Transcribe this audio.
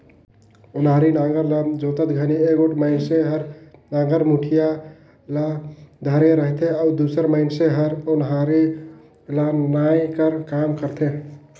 ओनारी नांगर ल जोतत घनी एगोट मइनसे हर नागर मुठिया ल धरे रहथे अउ दूसर मइनसे हर ओन्हारी ल नाए कर काम करथे